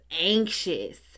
anxious